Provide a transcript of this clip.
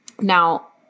Now